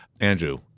andrew